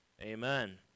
Amen